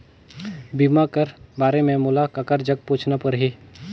बीमा कर बारे मे मोला ककर जग पूछना परही?